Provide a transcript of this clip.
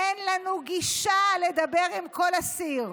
אין לנו גישה לדבר עם כל אסיר,